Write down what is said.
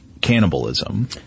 cannibalism